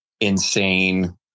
insane